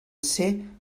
esser